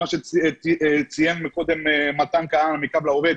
מה שציינו מקו לעובד,